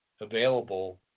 available